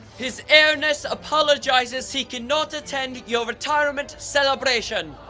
his airness apologizes he cannot attend your retirement celebration.